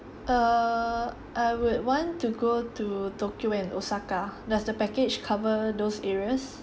err I would want to go to tokyo and osaka does the package cover those areas